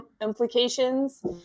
implications